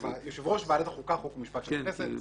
יושב-ראש ועדת החוקה, חוק ומשפט של הכנסת.